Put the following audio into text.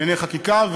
לענייני חקיקה,